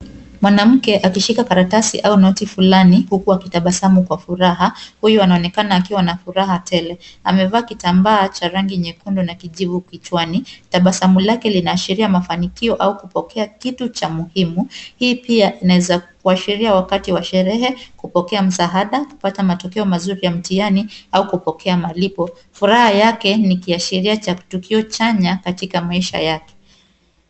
Mwanamke akishika karatasi au noti flani, huku akitabasamu kwa furaha, huyu anaonekana akiwa na furaha tele. Amevaa kitambaa cha rangi nyekundu na kijivu kichwani. Tabasamu lake linaashiria mafanikio au kupokea kitu cha muhimu, hii pia inaweza kuashiria wakati wa sherehe, kupokea msaada , kupata matokeo mazuri ya mtihani au kupokea malipo. Furaha yake ni kiashiria cha tukio chanya katika maisha yake.